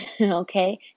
Okay